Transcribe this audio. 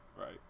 right